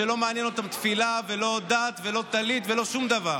שלא מעניינות אותם לא תפילה ולא דת ולא טלית ולא שום דבר.